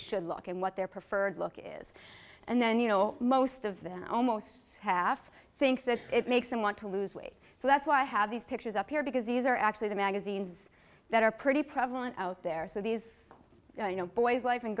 should look and what their preferred look is and then you know most of them almost half think that it makes them want to lose weight so that's why i have these pictures up here because these are actually the magazines that are pretty prevalent out there so these